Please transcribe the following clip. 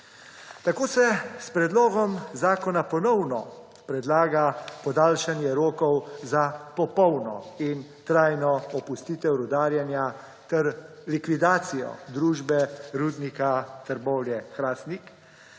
Tako se s predlogom zakona ponovno predlaga podaljšanje rokov za popolno in trajno opustitev rudarjenja ter likvidacijo družbe Rudnika Trbovlje-Hrastnik,